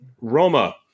Roma